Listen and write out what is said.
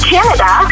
Canada